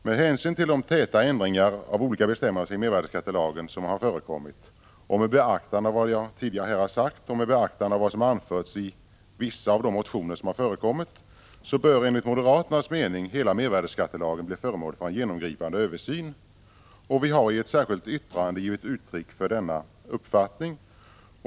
Med hänsyn till de ofta förekommande ändringarna av olika bestämmelser i mervärdeskattelagen och med beaktande av vad jag tidigare har sagt och av vad som anförts i vissa av motionerna bör enligt moderaternas mening hela mervärdeskattelagen bli föremål för en genomgripande översyn. Vi har i ett särskilt yttrande givit uttryck för denna uppfattning.